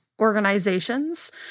organizations